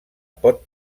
pot